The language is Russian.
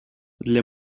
для